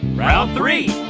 round three.